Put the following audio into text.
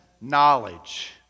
knowledge